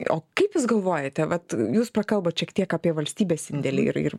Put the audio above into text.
o kaip jūs galvojate vat jūs prakalbot šiek tiek apie valstybės indėlį ir ir